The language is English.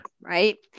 right